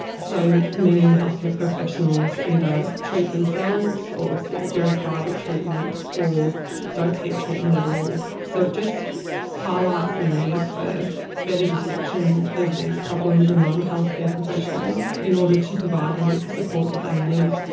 so, many healthcare professionals either treat themselves or seek very private treatment or don't seek treatment at all. so it just highlights the need for better detection of these problems among healthcare professionals in order to provide them with the support that they need.